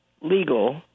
legal